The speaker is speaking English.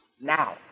now